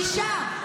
אישה,